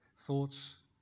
Thoughts